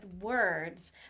words